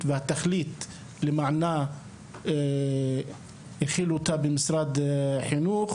והתכלית שלמענה הפעילו אותה במשרד החינוך,